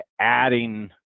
adding